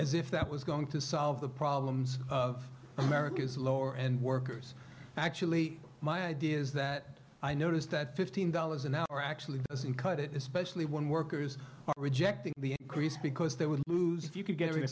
as if that was going to solve the problems of america's lower end workers actually my idea is that i noticed that fifteen dollars an hour actually doesn't cut it especially when workers are rejecting the increase because they would lose if you could get a